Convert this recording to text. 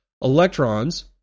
electrons